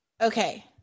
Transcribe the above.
Okay